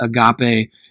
Agape